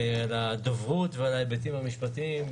על הדוברות ועל ההיבטים המשפטיים,